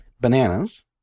bananas